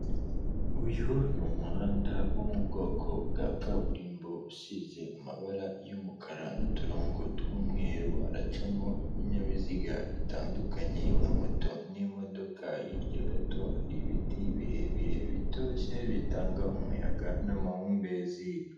Uyu ni umuhanda wo mu bwoko bwa kaburimbo usize amabara y'umukara n'uturongo tw'umweru aracamo ibinyabiziga bitandukanye nka moto n'imodoka, hirya gato hari ibiti birebire bitoshye bitanga umuyaga n'amahumbezi.